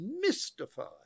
mystified